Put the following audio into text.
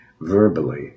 verbally